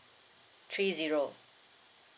three zero